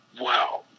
wow